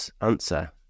answer